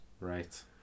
Right